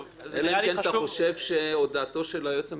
אלא אם כן אתה חושב שהודעתו של היועץ המשפטי